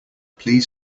please